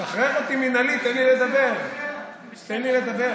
שחרר אותי מינהלית, תן לי לדבר.